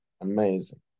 amazing